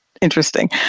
interesting